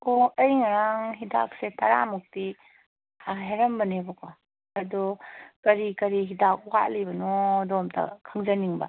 ꯑꯣ ꯑꯩꯅ ꯉꯔꯥꯡ ꯍꯤꯗꯥꯛꯁꯦ ꯇꯔꯥꯃꯨꯛꯇꯤ ꯍꯥꯏꯔꯝꯕꯅꯦꯕꯀꯣ ꯑꯗꯣ ꯀꯔꯤ ꯀꯔꯤ ꯍꯤꯗꯥꯛ ꯋꯥꯠꯂꯤꯕꯅꯣ ꯑꯗꯨ ꯑꯝꯇ ꯈꯪꯖꯅꯤꯡꯕ